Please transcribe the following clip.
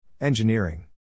Engineering